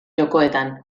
jokoetan